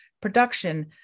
production